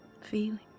feeling